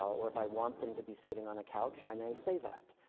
or, if i want them to be sitting on a couch, i may say that.